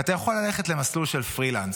אתה יכול ללכת למסלול של פרילנס.